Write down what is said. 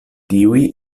tiuj